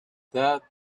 that